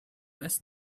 less